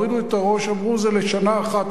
הורידו את הראש ואמרו שזה לשנה אחת,